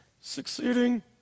succeeding